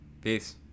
Peace